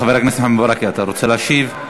חבר הכנסת מוחמד ברכה, אתה רוצה להשיב?